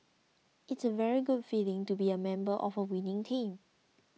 it's a very good feeling to be a member of a winning team